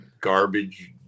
garbage